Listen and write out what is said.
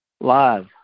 live